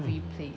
mm